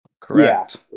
Correct